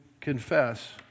confess